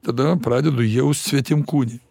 tada pradedu jaust svetimkūnį